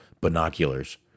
binoculars